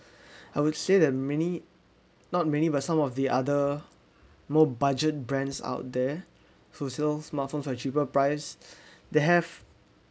I would say that many not many but some of the other more budget brands out there who fills smartphone for cheaper price they have